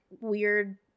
weird